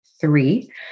three